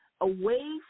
away